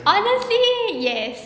honestly yes